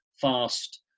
fast